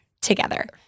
together